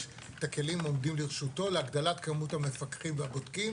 את הכלים העומדים לרשותו להגדלת כמות המפקחים והבודקים